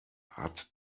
hat